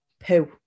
poo